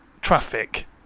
Traffic